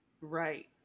right